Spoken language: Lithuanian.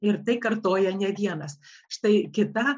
ir tai kartoja ne vienas štai kita